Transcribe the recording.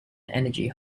energy